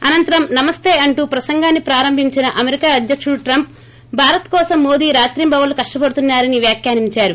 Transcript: అనంతరం నమస్త అంటూ ప్రసంగాన్ని ప్రారంభించిన అమెరికా అధ్యకుడు ట్రంప్ భారత్ కోసం మోదీ రాత్రింబవల్లు కష్ణపడుతున్నారని వ్యాఖ్యానించారు